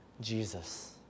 Jesus